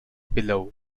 below